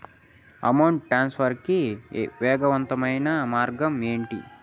amount transfer కి వేగవంతమైన మార్గం ఏంటి